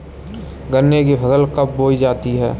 गन्ने की फसल कब बोई जाती है?